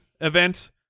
event